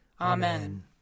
Amen